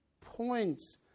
points